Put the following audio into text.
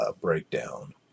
breakdown